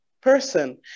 person